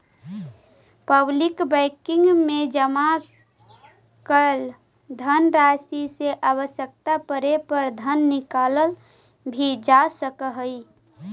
public banking में जमा कैल धनराशि से आवश्यकता पड़े पर धन निकालल भी जा सकऽ हइ